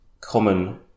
common